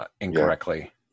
incorrectly